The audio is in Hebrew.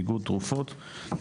ביגוד ותרופות.